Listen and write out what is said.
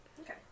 Okay